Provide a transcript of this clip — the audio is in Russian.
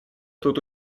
тут